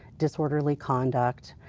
disorderly conduct,